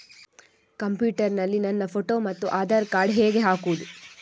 Computer ನಲ್ಲಿ ನನ್ನ photo ಮತ್ತು ಆಧಾರ್ ಕಾರ್ಡ್ ಹೇಗೆ ಹಾಕುವುದು?